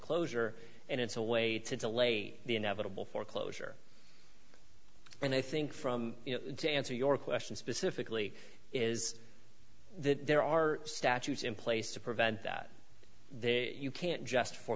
closure and it's a way to delay the inevitable foreclosure and i think from to answer your question specifically is that there are statutes in place to prevent that they you can't just for